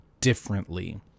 differently